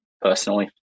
personally